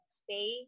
stay